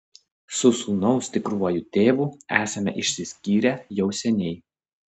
su sūnaus tikruoju tėvu esame išsiskyrę jau seniai